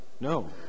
No